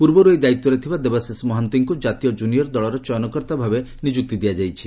ପୂର୍ବରୁ ଏହି ଦାୟିତ୍ୱରେ ଥିବା ଦେବାଶିଷ ମହାନ୍ତିଙ୍କୁ ଜାତୀୟ କୁନିୟର ଦଳର ଚୟନକର୍ଉା ଭାବେ ନିଯୁକ୍ତି ପାଇଛନ୍ତି